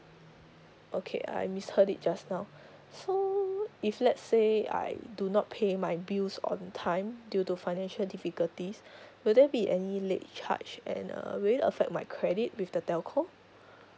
okay I misheard it just now so if let's say I do not pay my bills on time due to financial difficulties will there be any late charge and uh will it affect my credit with the telco